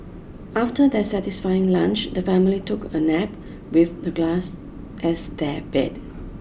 after their satisfying lunch the family took a nap with the glass as their bed